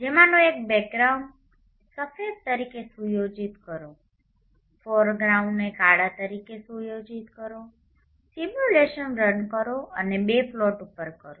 જેમાનું એક બેકગ્રાઉંડને સફેદ તરીકે સુયોજિત કરો ફોરગ્રાઉંડને કાળા તરીકે સુયોજિત કરો સિમ્યુલેશન રન કરો અને બે પ્લોટ ઉપર કરો